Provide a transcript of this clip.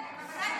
כן.